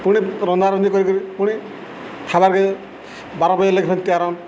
ପୁଣି ରନ୍ଧା ରନ୍ଧି କରିକିରି ପୁଣି ଖାବାକେ ବାର ବଜେ ଲାଗି ତିଆରନ୍